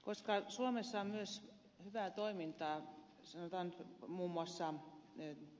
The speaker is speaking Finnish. koska suomessa on myös hyvää toimintaa sanotaan muun muassa